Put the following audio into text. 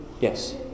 Yes